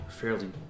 fairly